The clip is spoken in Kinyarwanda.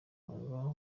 uburanga